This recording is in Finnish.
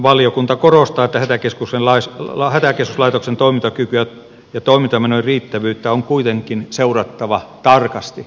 valiokunta korostaa että hätäkeskuslaitoksen toimintakykyä ja toimintamenojen riittävyyttä on kuitenkin seurattava tarkasti